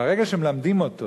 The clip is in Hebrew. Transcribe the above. ברגע שמלמדים אותו